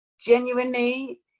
Genuinely